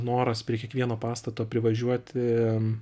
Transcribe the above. noras prie kiekvieno pastato privažiuoti